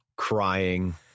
crying